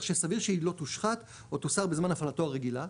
כך שסביר שהיא לא תושחת או תוסר בזמן הפעלתו הרגילה,